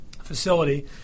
facility